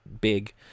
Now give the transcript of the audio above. big